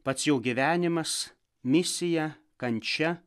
pats jo gyvenimas misija kančia